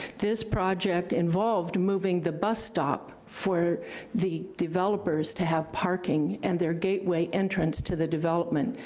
this project involved moving the bus stop for the developers to have parking, and their gateway entrance to the development.